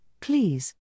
please